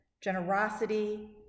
generosity